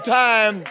time